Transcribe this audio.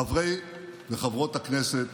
חברי וחברות הכנסת